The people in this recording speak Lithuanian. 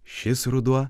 šis ruduo